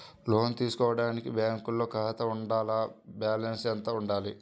లోను తీసుకోవడానికి బ్యాంకులో ఖాతా ఉండాల? బాలన్స్ ఎంత వుండాలి?